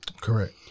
Correct